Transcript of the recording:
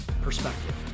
perspective